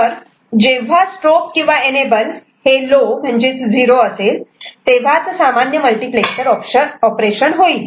तर जेव्हा स्ट्रोब किंवा एनेबल हे लो असेल तेव्हाच सामान्य मल्टिप्लेक्सर ऑपरेशन होईल